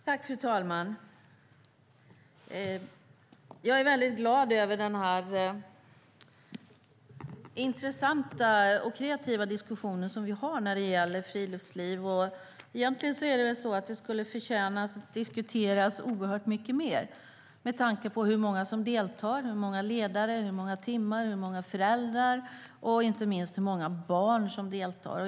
Fru talman! Jag är väldigt glad över den intressanta och kreativa diskussion som vi har när det gäller friluftsliv. Egentligen skulle det förtjäna att diskuteras mycket mer med tanke på hur många det är som deltar, hur många ledare, hur många timmar som läggs ned, hur många föräldrar som är engagerade och inte minst hur många barn som deltar.